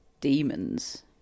demons